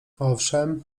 owszem